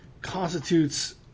constitutes